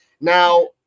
Now